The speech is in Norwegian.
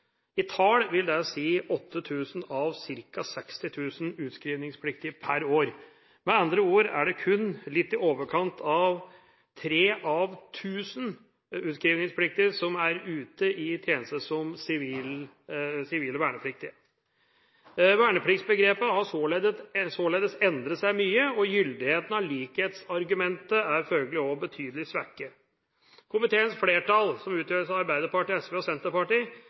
I tall vil det si 8 000 av ca. 60 000 utskrivningspliktige per år. Med andre ord er det kun litt i overkant av tre av 1 000 utskrivningspliktige som er ute i tjeneste som sivil vernepliktig. Vernepliktsbegrepet har således endret seg mye, og gyldigheten av likhetsargumentet er følgelig betydelig svekket. Komiteens flertall, som utgjøres av Arbeiderpartiet, SV og Senterpartiet,